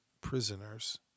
prisoners